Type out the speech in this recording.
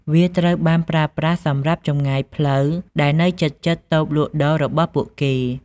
វាត្រូវបានប្រើប្រាស់សម្រាប់ចម្ងាយផ្លូវដែលនៅជិតៗតូបលក់ដូររបស់ពួកគេ។